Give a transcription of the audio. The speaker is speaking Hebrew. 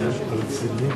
לא שמענו מה אמר סגן השר.